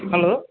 hello